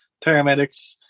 paramedics